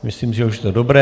Myslím, že už je to dobré.